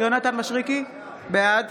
יונתן מישרקי, בעד